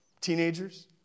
teenagers